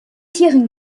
tieren